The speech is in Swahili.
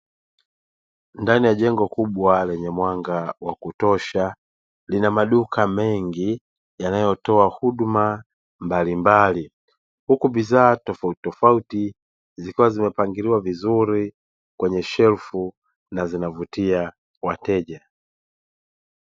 Ndani ya jengo kubwa lenye mwanga wa kutosha lina maduka mengi yanayotoa huduma mbalimbali, huku bidhaa tofautitofauti zikiwa zimepangiliwa vizuri kwenye shelfu na zinavutia wateja.